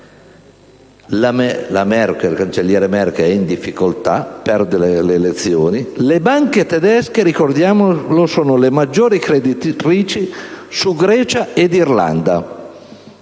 si ferma, il cancelliere Merkel è in difficoltà e perde le elezioni e le banche tedesche sono le maggiori creditrici su Grecia ed Irlanda,